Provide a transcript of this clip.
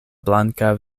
blanka